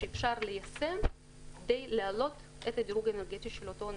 שאפשר ליישם כדי להעלות את הדירוג האנרגטי של אותו נכס.